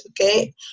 Okay